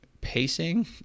pacing